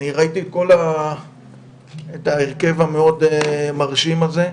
אני ראיתי את ההרכב המאוד-מרשים הזה.